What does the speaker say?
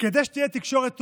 כדי שתהיה תקשורת טובה,